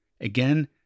Again